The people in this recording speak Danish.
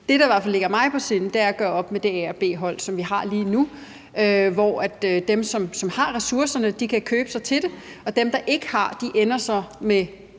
det, der i hvert fald ligger mig på sinde, er at gøre op med det, at der er de A- og B-hold, som vi har lige nu, hvor dem, som har ressourcerne, kan købe sig til det, og dem, der ikke har dem, så ender